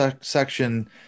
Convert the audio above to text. section